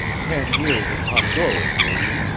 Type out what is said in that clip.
ten years in honduras, were you?